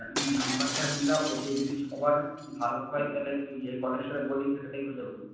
নম্বরটা মেলাব যদি সবার ভালো হয় তাহলে তুই যে কলেজটা বললি সেটাতেই হয়ে যাব